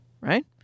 right